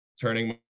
turning